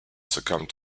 succumbed